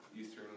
Eastern